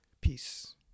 Peace